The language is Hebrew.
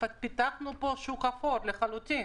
פיתחנו פה שוק אפור לחלוטין.